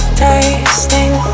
tasting